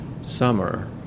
summer